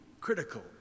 critical